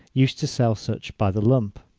used to sell such by the lump.